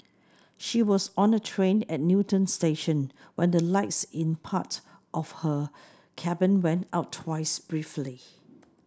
she was on a train at Newton station when the lights in part of her cabin went out twice briefly